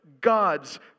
God's